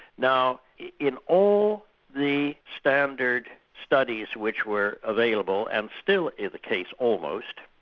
now in all the standard studies which were available and still is the case almost,